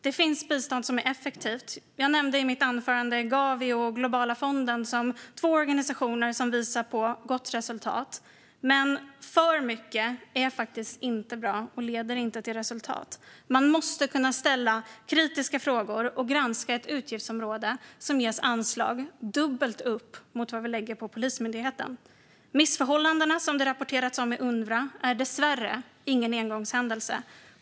Det finns bistånd som är effektivt. Jag nämnde i mitt anförande Gavi och Globala fonden som två organisationer som visar på gott resultat. Men för mycket är faktiskt inte bra och leder inte till resultat. Man måste kunna ställa kritiska frågor och granska ett utgiftsområde som ges anslag dubbelt upp mot vad vi lägger på Polismyndigheten. De missförhållanden hos Unrwa som det har rapporterats om är dessvärre ingen engångshändelse.